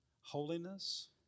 holiness